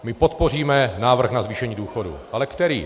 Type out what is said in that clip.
My podpoříme návrh na zvýšení důchodů ale který?